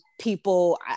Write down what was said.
people